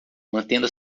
mantendo